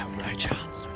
chance